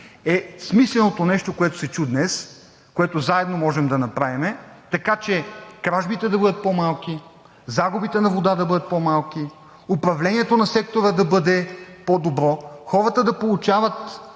е смисленото нещо, което се чу днес, което заедно можем да направим, така че кражбите да бъдат по-малки, загубите на вода да бъдат по-малки, управлението на сектора да бъде по-добро, хората да получават